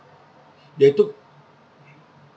they took